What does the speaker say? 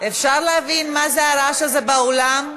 אפשר להבין מה זה הרעש הזה באולם?